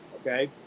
okay